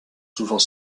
souvent